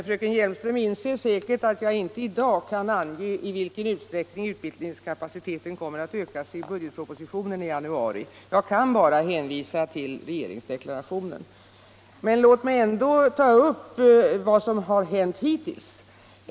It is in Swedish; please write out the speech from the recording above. Fröken Hjelmström inser säkert att jag inte i dag kan — ning av personal ange i vilken utsträckning utbildningskapaciteten kommer att föreslås - inom barnomsorökad i budgetpropositionen i januari. Jag kan bara hänvisa till regerings — gen deklarationen. Men låt mig ändå relatera vad som har hänt hittills.